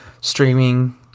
streaming